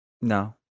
No